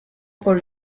por